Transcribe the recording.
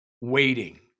waiting